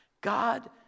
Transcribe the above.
God